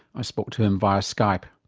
i spoke to him via skype.